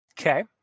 Okay